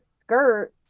skirt